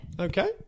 Okay